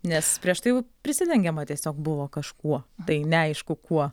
nes prieš tai prisidengiama tiesiog buvo kažkuo tai neaišku kuo